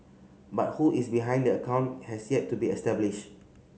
but who is behind the account has yet to be established